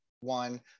one